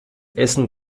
essen